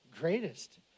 greatest